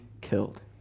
killed